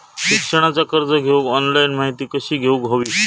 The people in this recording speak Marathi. शिक्षणाचा कर्ज घेऊक ऑनलाइन माहिती कशी घेऊक हवी?